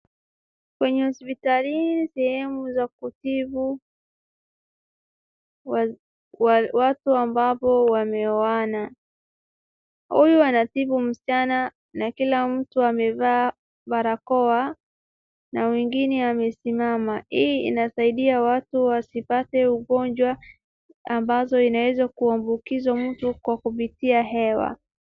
Kwenye hospitali hii sehemu za kutibu watu ambao wameona. Huyu anatibu msichana na kila mtu amevaa barakoa na mwingine amesimama. Hii inasaidia watu wasipate ugonjwa ambazo zinaweza kuambukiza mtu kwa kupitia hewa.